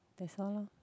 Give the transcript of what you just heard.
that's all lor